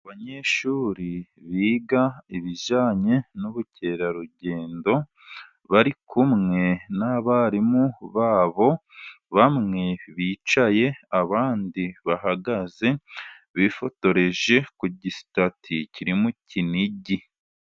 Abanyeshuri biga ibijyanye n'ubukerarugendo bari kumwe n'abarimu babo, bamwe bicaye abandi bahagaze bifotoreje ku gisitati kiri mu Kinigi.